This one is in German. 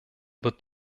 wird